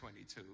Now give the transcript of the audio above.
22